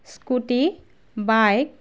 scooty bike